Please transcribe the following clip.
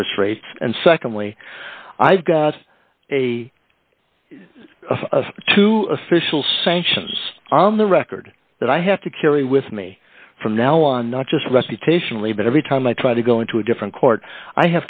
interest rates and secondly i've got a two official sanctions on the record that i have to carry with me from now on not just recitation lee but every time i try to go into a different court i